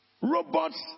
robots